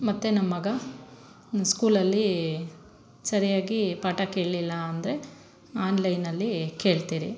ಮತ್ತು ನಮ್ಮ ಮಗ ಸ್ಕೂಲಲ್ಲಿ ಸರಿಯಾಗಿ ಪಾಠ ಕೇಳಲಿಲ್ಲ ಅಂದರೆ ಆನ್ಲೈನಲ್ಲಿ ಕೇಳ್ತೀರಿ